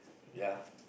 ya